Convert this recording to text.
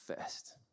first